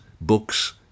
books